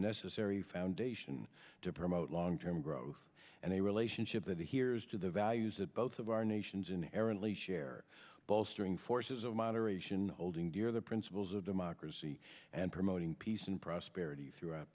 necessary foundation to promote long term growth and a relationship that he hears to the values that both of our nations inherently share bolstering forces of moderation holding dear the principles of democracy and promoting peace and prosperity throughout